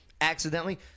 Accidentally